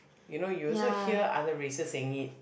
you know you also hear other races saying it